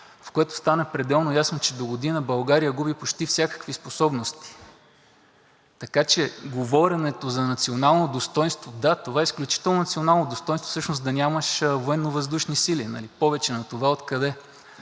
в което стана пределно ясно, че догодина България губи почти всякакви способности. Така че говоренето за национално достойнство – да, това е изключително национално достойнство да нямаш Военновъздушни сили, нали? Повече от това накъде?